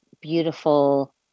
beautiful